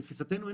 לתפיסתנו,